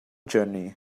journey